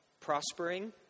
prospering